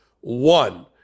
one